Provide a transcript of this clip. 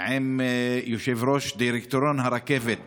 עם יושב-ראש דירקטוריון הרכבת בזמנו,